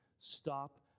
Stop